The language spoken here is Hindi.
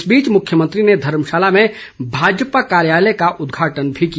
इस बीच मुख्यमंत्री ने धर्मशाला में भाजपा कार्यालय का उद्घाटन भी किया